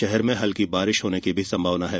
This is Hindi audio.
शहर में हल्की बारिश होने की संभावना है